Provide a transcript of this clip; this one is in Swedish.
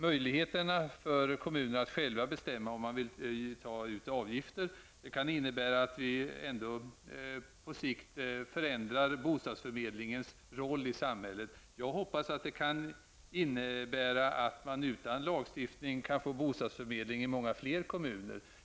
Möjligheterna för kommunerna att själva bestämma om de vill ta ut avgifter kan innebära att vi ändå på sikt förändrar bostadsförmedlingens roll i samhället. Jag hoppas att det kan innebära att man utan lagstiftning kan få bostadsförmedling i många fler kommuner.